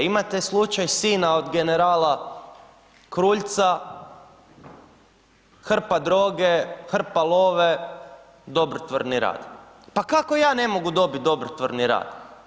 Imate slučaj sina od generala Kruljca, hrpa droge, hrpa love, dobrotvorni rad, pa kako ja ne mogu dobit dobrotvorni rad?